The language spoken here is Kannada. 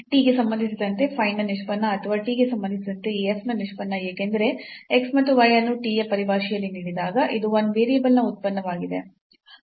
t ಗೆ ಸಂಬಂಧಿಸಿದಂತೆ phi ನ ನಿಷ್ಪನ್ನ ಅಥವಾ t ಗೆ ಸಂಬಂಧಿಸಿದಂತೆ ಈ f ನ ನಿಷ್ಪನ್ನ ಏಕೆಂದರೆ x ಮತ್ತು y ಅನ್ನು t ಯ ಪರಿಭಾಷೆಯಲ್ಲಿ ನೀಡಿದಾಗ ಇದು 1 ವೇರಿಯಬಲ್ನ ಉತ್ಪನ್ನವಾಗಿದೆ